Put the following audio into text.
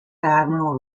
admiral